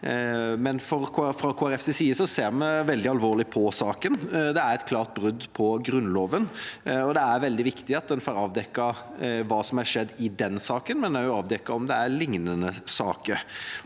Folkepartis side ser vi veldig alvorlig på saken. Det er et klart brudd på Grunnloven, og det er veldig viktig at en får avdekket hva som har skjedd i den saken, men også avdekket om det er lignende saker.